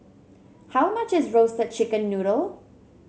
how much is Roasted Chicken Noodle